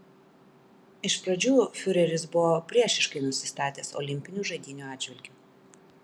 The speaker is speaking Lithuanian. iš pradžių fiureris buvo priešiškai nusistatęs olimpinių žaidynių atžvilgiu